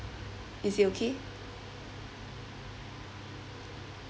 is it okay